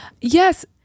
yes